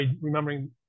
remembering